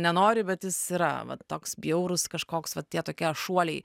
nenori bet jis yra vat toks bjaurus kažkoks va tie tokie šuoliai